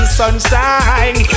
sunshine